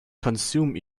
consume